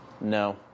No